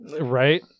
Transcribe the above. Right